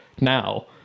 now